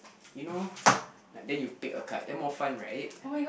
you know like then you take a card then more fun right